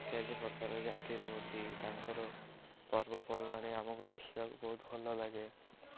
ଇତ୍ୟାଦି ପ୍ରକାର ଜାତିର ତାଙ୍କର ପର୍ବପର୍ବାଣି ଆମକୁ ଦେଖିବାକୁ ବହୁତ ଭଲ ଲାଗେ